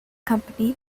company